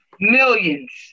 millions